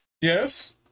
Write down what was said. Yes